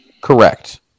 Correct